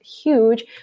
huge